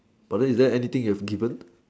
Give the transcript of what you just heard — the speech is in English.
but then is there anything you have given